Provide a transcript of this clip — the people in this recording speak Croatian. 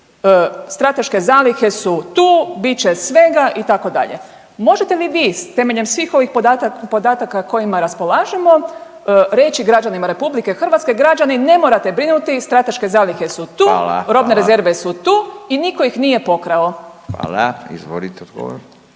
Strateške zalihe su tu, bit će svega, itd. Možete li vi temeljem svih ovih podataka kojima raspolažemo reći građanima RH, građani, ne morate brinuti, strateške zalihe su tu .../Upadica: Hvala, hvala./... robne rezerve su tu i nitko ih nije pokrao? **Radin, Furio